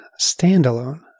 standalone